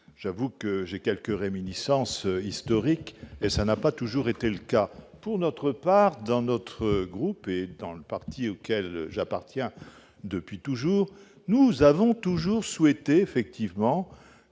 j'avoue que j'ai quelques réminiscences historiques et ça n'a pas toujours été le cas pour notre part dans notre groupe et dans le parti auquel j'appartiens depuis toujours, nous avons toujours souhaité effectivement